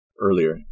earlier